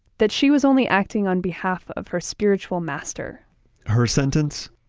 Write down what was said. that she was only acting on behalf of her spiritual master her sentence?